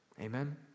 amen